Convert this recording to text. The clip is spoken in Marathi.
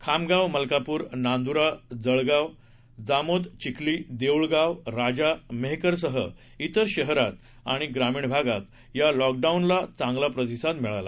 खामगाव मलकापूर नांद्रा जळगाव जामोद चिखली देऊळगाव राजा मेहकरसह इतर शहरात आणि ग्रामीण भागात या लॉकडाऊनला चांगला प्रतिसाद मिळाला